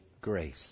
grace